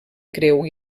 creu